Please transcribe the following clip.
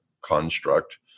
construct